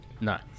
No